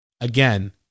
Again